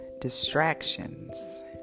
distractions